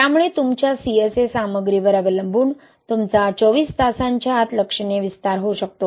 त्यामुळे तुमच्या CSA सामग्रीवर अवलंबून तुमचा 24 तासांच्या आत लक्षणीय विस्तार होऊ शकतो